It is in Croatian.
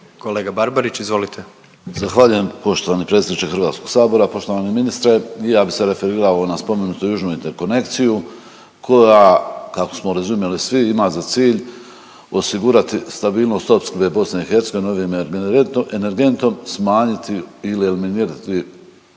**Barbarić, Nevenko (HDZ)** Zahvaljujem poštovani predsjedniče HS-a, poštovani ministre, ja bih se referirao na spomenutu Južnu interkonekciju koja kako smo razumjeli svi ima za cilj osigurati stabilnost opskrbe BiH ovim energentom, smanjiti ili eliminirati